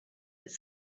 its